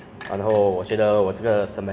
at most should be around this range ah